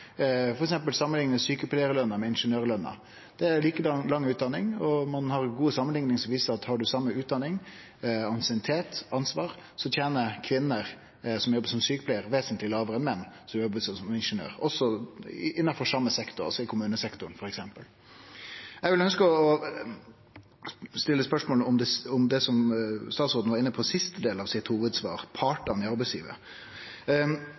er utdanninga like lang, og ein har gode samanlikningar som viser at har ein same utdanning, ansiennitet og ansvar, tener kvinner som jobbar som sjukepleiarar, vesentleg lågare enn menn som jobbar som ingeniørar, også innanfor same sektor, altså f.eks. i kommunesektoren. Eg ønskjer å stille spørsmål om det statsråden var inne på i siste delen av hovudsvaret sitt: